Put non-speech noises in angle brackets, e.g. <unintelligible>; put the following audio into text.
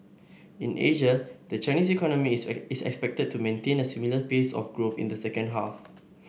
in Asia the Chinese economy <unintelligible> is expected to maintain a similar pace of growth in the second half